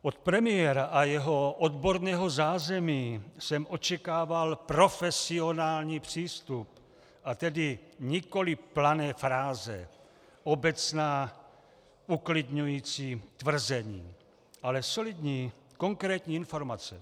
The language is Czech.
Od premiéra a jeho odborného zázemí jsem očekával profesionální přístup, a tedy nikoli plané fráze, obecná uklidňující tvrzení, ale solidní konkrétní informace.